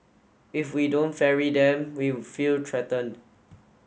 if we don't ferry them we feel threatened